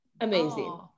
Amazing